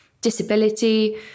disability